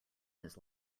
his